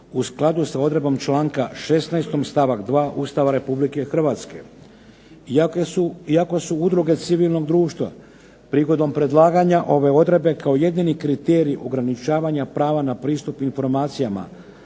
u skladu sa odredbom članka 16. stavak 2. Ustava Republike Hrvatske. Iako su udruge civilnog društva prigodom predlaganja ove odredbe kao jedini kriterij ograničavanja prava na pristup informacijama